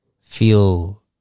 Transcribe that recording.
feel